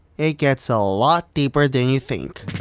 it gets a lot deeper than you think